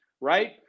right